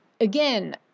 Again